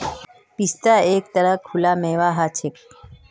पिस्ता एक तरह स सूखा मेवा हछेक